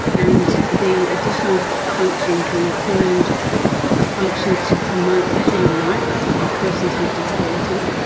and the additional functions include a function to promote the human rights of persons with disability,